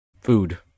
food